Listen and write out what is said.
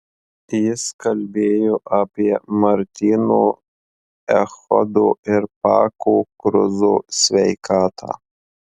jis kalbėjo apie martyno echodo ir pako kruzo sveikatą